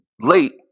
late